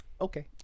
Okay